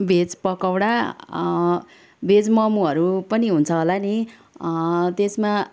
veg pakora भेज मोमोहरू पनि हुन्छ होला नि त्यसमा